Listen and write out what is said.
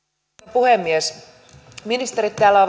puhemies ministerit täällä